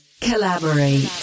collaborate